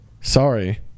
Sorry